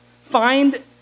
Find